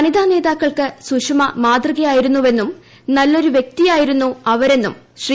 വനിതാ നേതാക്കൾക്ക് സുഷമ മാതൃകയായിരുന്നുവെന്നും നല്ലൊരു വ്യക്തിയായിരുന്നു അവരെന്നും ശ്രീ